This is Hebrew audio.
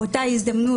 באותה הזדמנות,